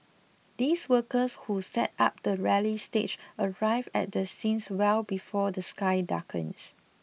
these workers who set up the rally stage arrive at the scene well before the sky darkens